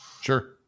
Sure